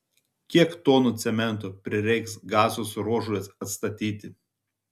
kiek tonų cemento prireiks gazos ruožui atstatyti